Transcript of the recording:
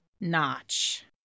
notch